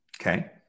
Okay